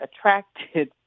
attracted